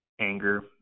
anger